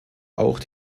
auch